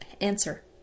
Answer